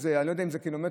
אני לא יודע אם זה 1.5 ק"מ,